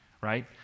right